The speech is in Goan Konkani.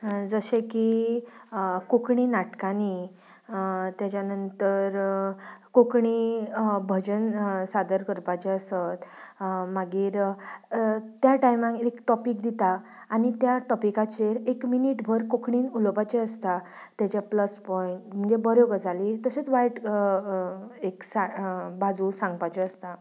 जशें की कोंकणी नाटकांनी ताज्या नंतर कोंकणी भजन सादर करपाचें आसत मागीर त्या टायमार एक टॉपीक दिता आनी त्या टॉपिकाचेर एक मिनटभर कोंकणींत उलोवपाचें आसता ताच्या प्लस पॉंयट म्हणजे बऱ्यो गजाली तशेंच एक वायट बाजू सांगपाची आसता